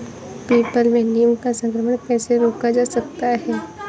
People में नीम का संकरण कैसे रोका जा सकता है?